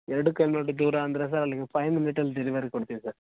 ಎರಡು ಕಿಲೋಮೀಟರ್ ದೂರ ಅಂದರೆ ಸರ್ ಅಲ್ಲಿ ಫೈವ್ ಮಿನಿಟಲ್ಲಿ ಡೆಲಿವರಿ ಕೊಡ್ತೀವಿ ಸರ್